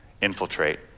infiltrate